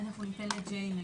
(מדברת בשפה האנגלית, להלן תרגום חופשי)